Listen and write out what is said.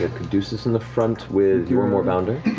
ah caduceus in the front with your moorbounder.